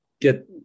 get